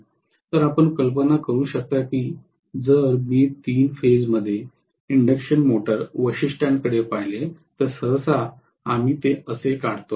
तर आपण कल्पना करू शकता की जर मी तीन फेजमध्ये इंडक्शन मोटर वैशिष्ट्यांकडे पाहिले तर सहसा आम्ही ते असे काढतो